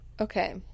Okay